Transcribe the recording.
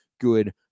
good